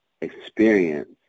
experience